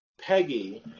Peggy